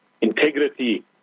integrity